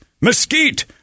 Mesquite